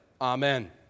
Amen